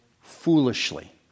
foolishly